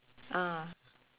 ah